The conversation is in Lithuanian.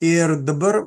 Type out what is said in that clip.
ir dabar